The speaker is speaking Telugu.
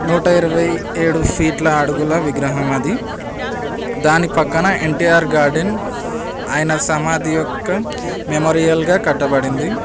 నూట ఇరవై ఏడు ఫీట్ల అడుగుల విగ్రహం అది దాని ప్రక్కన ఎన్టీఆర్ గార్డెన్ ఆయన సమాధి యొక్క మెమోరియల్గా కట్టబడింది